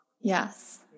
Yes